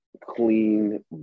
clean